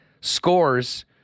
scores